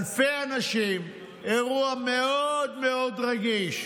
אלפי אנשים, אירוע מאוד מאוד רגיש,